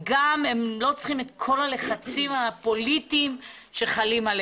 הן גם מייתרות את כל הלחצים הפוליטיים שיש.